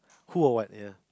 who or what ya